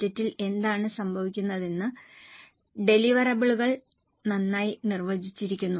ബജറ്റിൽ എന്താണ് സംഭവിക്കുന്നതെന്ന് ഡെലിവറബിളുകൾ നന്നായി നിർവചിച്ചിരിക്കുന്നു